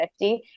50